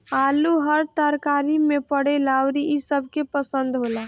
आलू हर तरकारी में पड़ेला अउरी इ सबके पसंद होला